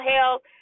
health